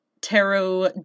tarot